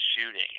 shooting